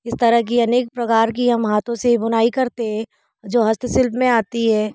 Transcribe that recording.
इस तरह के अनेक प्रकार की हम हातों से ही बुनाई करते हैं जो हस्तशिल्प में आती हैं